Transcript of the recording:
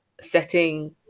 setting